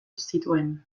zituen